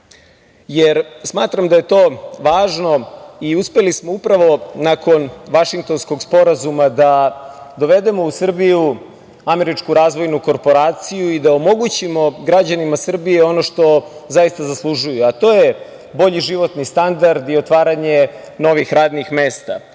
jer smatram da je to važno i uspeli smo, upravo nakon Vašingtonskog sporazuma, da dovedemo u Srbiju Američku razvojnu korporaciju i da omogućimo građanima Srbije ono što zaista zaslužuju, a to je bolji životni standard i otvaranje novih radnih